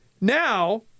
now